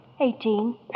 Eighteen